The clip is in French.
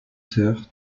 sœurs